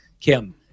Kim